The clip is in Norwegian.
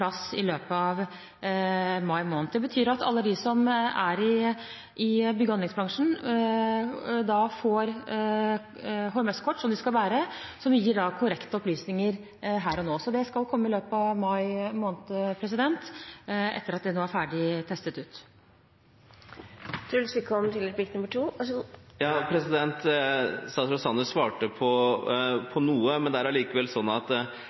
i løpet av mai måned. Det betyr at alle som er i bygg- og anleggsbransjen, får HMS-kort som de skal bære, og som gir korrekte opplysninger her og nå. De skal komme i løpet av mai måned etter at de nå er ferdig testet